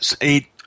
eight